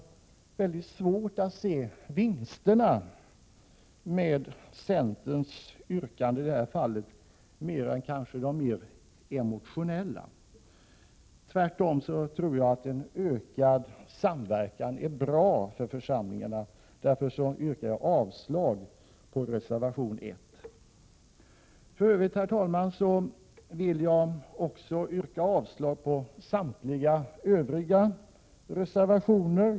Jag har mycket svårt att se några vinster med centerns yrkande i det här fallet, utöver kanske mer emotionellt betingade sådana. Tvärtom tror jag att en ökad samverkan är bra för församlingarna. Därför yrkar jag avslag på reservation 1. Herr talman! Jag yrkar också avslag på samtliga övriga reservationer.